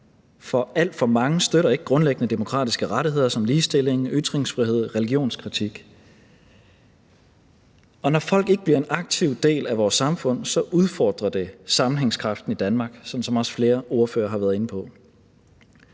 Alt for mange støtter ikke grundlæggende demokratiske rettigheder som ligestilling, ytringsfrihed, religionskritik. Og når folk ikke bliver en aktiv del af vores samfund, udfordrer det sammenhængskraften i Danmark, sådan som også flere ordførere har været inde på.